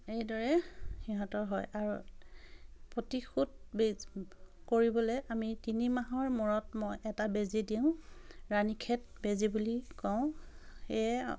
এইদৰে সিহঁতৰ হয় আৰু প্ৰতিশোধ কৰিবলৈ আমি তিনিমাহৰ মূৰত মই এটা বেজী দিওঁ ৰাণী খেত বেজী বুলি কওঁ সেয়ে